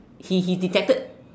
he he detected